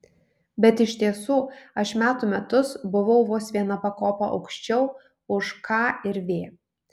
bet iš tiesų aš metų metus buvau vos viena pakopa aukščiau už k ir v